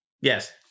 Yes